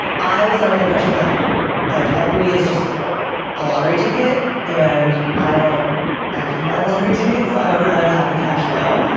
i was under the impression that like equity is just a lottery ticket and i don't actually buy lottery tickets. so i would rather have the cash now.